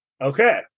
okay